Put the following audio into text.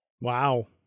Wow